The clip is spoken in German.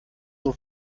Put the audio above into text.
nur